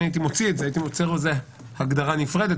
הייתי מוציא את זה ומוצא לזה הגדרה נפרדת